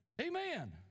Amen